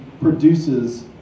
produces